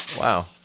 Wow